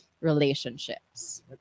relationships